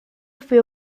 few